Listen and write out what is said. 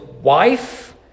Wife